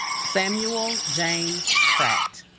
samuel james pratt